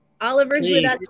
Oliver's